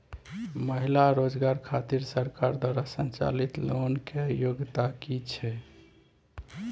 महिला रोजगार खातिर सरकार द्वारा संचालित लोन के योग्यता कि छै?